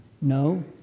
No